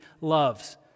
loves